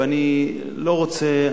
ואני לא רוצה,